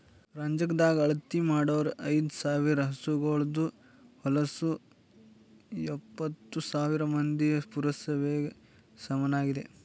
ರಂಜಕದಾಗ್ ಅಳತಿ ಮಾಡೂರ್ ಐದ ಸಾವಿರ್ ಹಸುಗೋಳದು ಹೊಲಸು ಎಪ್ಪತ್ತು ಸಾವಿರ್ ಮಂದಿಯ ಪುರಸಭೆಗ ಸಮನಾಗಿದೆ